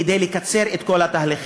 כדי לקצר את כל התהליכים,